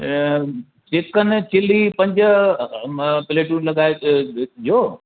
ए अमि chicken chilli पंज प्लेटूं लॻाये ॾियो